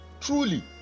Truly